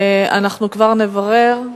אנחנו כבר נברר.